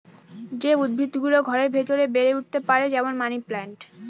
যে উদ্ভিদ গুলো ঘরের ভেতরে বেড়ে উঠতে পারে, যেমন মানি প্লান্ট